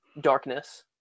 darkness